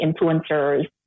influencers